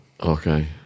Okay